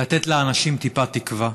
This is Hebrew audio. לתת לאנשים טיפת תקווה.